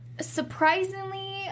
surprisingly